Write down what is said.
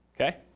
okay